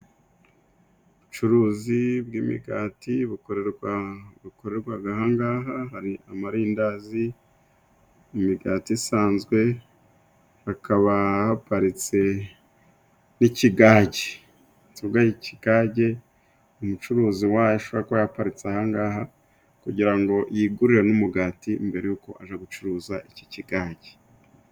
Ubucuruzi bw'imigati bukorerwaga aha ngaha hari amarindazi imigati isanzwe, hakaba haparitse n'ikigage. Inzoga y'ikigage umucuruzi wayo ashobora kuba yaparitse aha ngaha, kugira ngo yigurire n'umugati mbere y'uko aja gucuruza iki kigage.